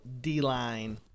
D-line